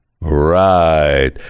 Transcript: right